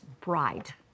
bride